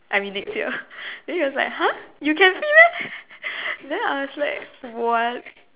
I mean next year then he was like !huh! you can fit meh then I was like what